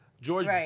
George